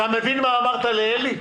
אתה מבין מה אמרת לעלי?